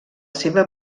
seva